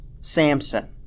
Samson